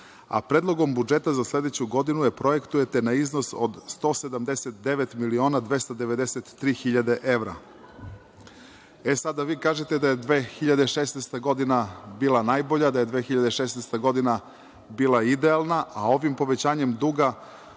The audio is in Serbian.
a Predlogom budžeta za sledeću godinu je projektujete na iznos od 179 miliona 293 hiljade evra. Sada, vi kažete da je 2016. godina bila najbolja, da je 2016. godina bila idealna, a ovim povećanjem duga